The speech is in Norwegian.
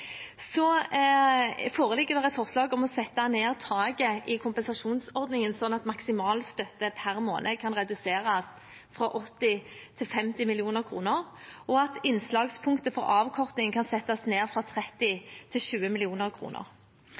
foreligger et forslag om å sette ned taket i kompensasjonsordningen sånn at maksimal støtte per måned kan reduseres fra 80 til 50 mill. kr, og at innslagspunktet for avkorting kan settes ned fra 30 til 20